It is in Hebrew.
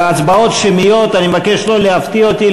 הצבעות שמיות, אני מבקש לא להפתיע אותי.